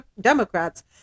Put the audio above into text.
Democrats